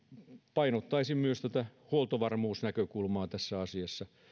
painottaisin myös tätä huoltovarmuusnäkökulmaa tässä asiassa